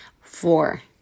Four